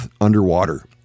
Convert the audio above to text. underwater